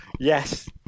Yes